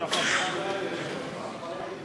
לא הייתי יושב-ראש ועד, אבל הייתי לפניו.